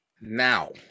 now